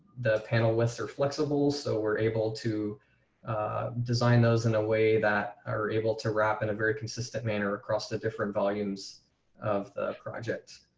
the panelists are flexible so we're able to design those in a way that are able to wrap in a very consistent manner across the different volumes of the project.